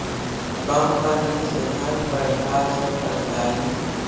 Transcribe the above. कम पनी से धान पर का असर पड़तायी?